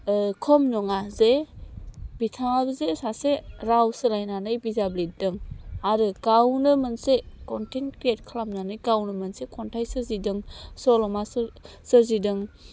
खम नङा जे बिथाङा जे सासे राव सोलायनानै बिजाब लिरदों आरो गावनो मोनसे कनटेन क्रियेट खालामनानै गावनो मोनसे खन्थाइ सोरजिदों सल'मा सोरजिदों